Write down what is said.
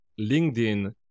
LinkedIn